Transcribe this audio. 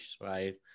right